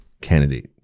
candidate